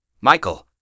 Michael